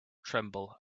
tremble